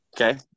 Okay